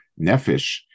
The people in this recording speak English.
nefesh